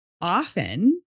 often